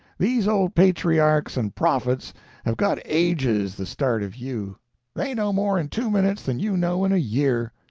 these old patriarchs and prophets have got ages the start of you they know more in two minutes than you know in a year.